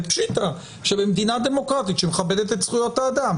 ופשיטא שבמדינה דמוקרטית שמכבדת את זכויות האדם,